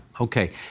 Okay